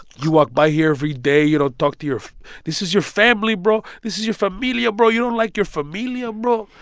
you walk by here every day, you don't talk to your this is your family, bro. this is your familia, bro. you don't like your familia, bro?